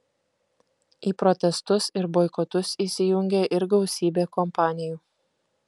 į protestus ir boikotus įsijungė ir gausybė kompanijų